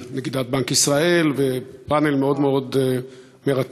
נגידת בנק ישראל, ועם פאנל מאוד מאוד מרתק.